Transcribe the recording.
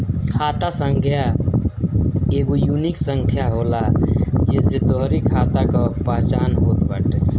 खाता संख्या एगो यूनिक संख्या होला जेसे तोहरी खाता कअ पहचान होत बाटे